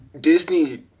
Disney